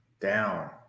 down